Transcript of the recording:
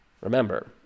remember